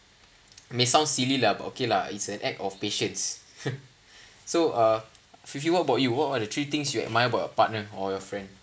may sound silly lah but okay lah it's an act of patience so uh afifi what about you what're the three things you admire about your partner or your friend